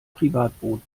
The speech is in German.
privatboot